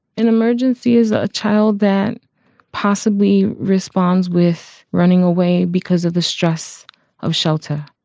in emergency as a child that possibly responds with running away because of the stress of shelter,